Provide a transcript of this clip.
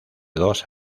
dos